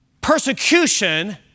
persecution